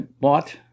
bought